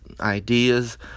ideas